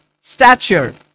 stature